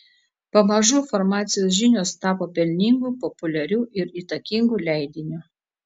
pamažu farmacijos žinios tapo pelningu populiariu ir įtakingu leidiniu